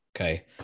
Okay